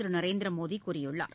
திரு நரேந்திர மோடி கூறியுள்ளார்